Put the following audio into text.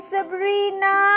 Sabrina